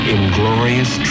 Inglorious